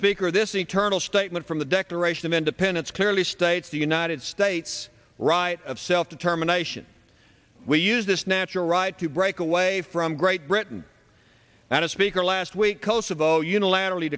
speaker this eternal statement from the declaration of independence clearly states the united states right of self determination we use this natural right to break away from great britain that a speaker last week kosovo unilaterally